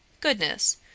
Goodness